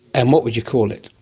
and what would you call it?